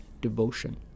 devotion